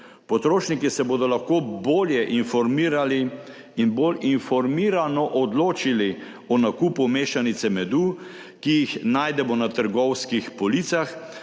Potrošniki se bodo lahko bolje informirali in bolj informirano odločili o nakupu mešanic medu, ki jih najdemo na trgovskih policah,